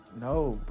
No